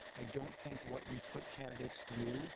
i don't think what we put candidates through